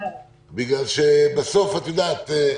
בגלל שבסוף, את יודעת,